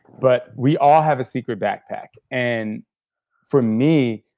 but we all have a secret backpack. and for me,